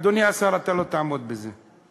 אדוני השר, אתה לא תעמוד בזה.